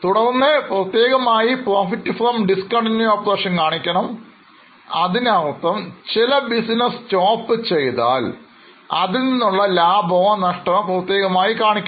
തുടർന്ന് പ്രത്യേകമായി Profit from discontinuing operation കാണിക്കണം അതിനർത്ഥം ചില ബിസിനസ് നിർത്തിയാൽ അതിൽനിന്നുള്ള ലാഭമോ നഷ്ടമോ പ്രത്യേകമായി കാണിക്കണം